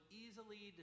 easily